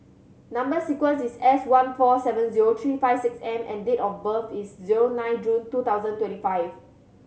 number sequence is S one four seven zero three five six M and date of birth is zero nine June two thousand twenty five